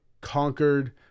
conquered